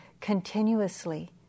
continuously